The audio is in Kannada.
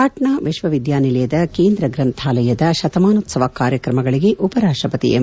ಪಾಟ್ನಾ ವಿಶ್ವವಿದ್ಯಾನಿಲಯದ ಕೇಂದ್ರ ಗ್ರಂಥಾಲಯದ ಶತಮಾನೋಶ್ಲವ ಕಾರ್ಯಕ್ರಮಗಳಿಗೆ ಉಪರಾಷ್ಟಪತಿ ಎಂ